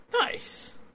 Nice